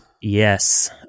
yes